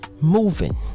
moving